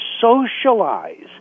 socialize